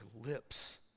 lips